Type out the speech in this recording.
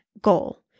goal